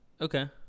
Okay